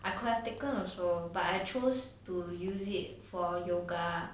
I could have taken also but I choose to use it for yoga